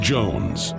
Jones